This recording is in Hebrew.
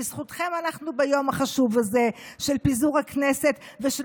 בזכותכם אנחנו ביום החשוב הזה של פיזור הכנסת ושל